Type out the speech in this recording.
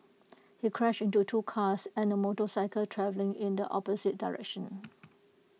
he crashed into two cars and A motorcycle travelling in the opposite direction